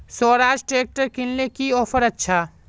Swaraj tractor किनले की offer अच्छा?